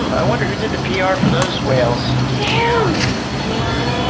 i wonder who did the pr for those whales. damn! seaworld!